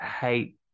hate